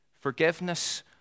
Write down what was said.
Forgiveness